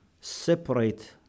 separate